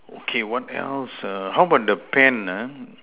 okay what else err how about the pen uh